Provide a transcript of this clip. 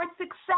success